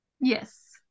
Yes